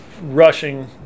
rushing